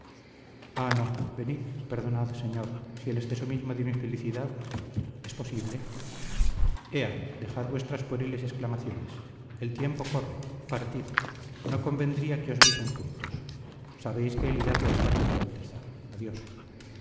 no venid perdonad señor si el exceso mismo de mi felicidad es posible ea dejad vuestras pueriles exclamaciones el tiempo corre partid no convendría que nos viesen juntos sabéis que el hidalgo está con su alteza adiós